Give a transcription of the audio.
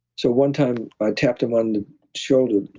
so one time i tapped him on the shoulder,